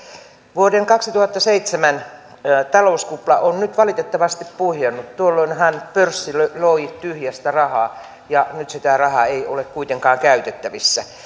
vuoden kaksituhattaseitsemän talouskupla on nyt valitettavasti puhjennut tuolloinhan pörssi loi tyhjästä rahaa ja nyt sitä rahaa ei ole kuitenkaan käytettävissä